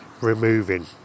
removing